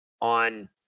on